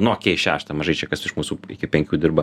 nu okei šeštą mažai čia kas iš mūsų iki penkių dirba